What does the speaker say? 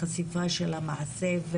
בחשיפת המעשה,